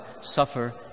suffer